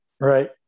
Right